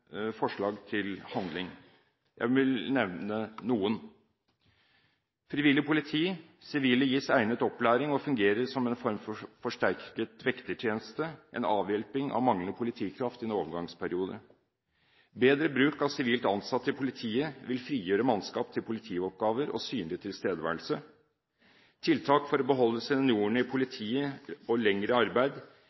forslag til handling. Jeg vil nevne noen: Frivillig politi: Sivile gis egnet opplæring og fungerer som en form for forsterket vektertjeneste – en avhjelping av manglende politikraft i en overgangsperiode. Bedre bruk av sivilt ansatte i politiet vil frigjøre mannskap til politioppgaver og gi synlig tilstedeværelse. Tiltak for å beholde seniorene i politiet lenger i arbeid gir mer politikraft og